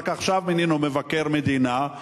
רק עכשיו מינינו מבקר מדינה.